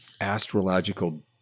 astrological